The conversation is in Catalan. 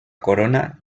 corona